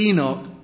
Enoch